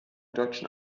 deutschen